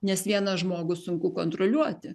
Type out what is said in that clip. nes vieną žmogų sunku kontroliuoti